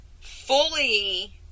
fully